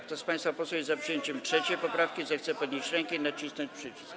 Kto z państwa posłów jest za przyjęciem 3. poprawki, zechce podnieść rękę i nacisnąć przycisk.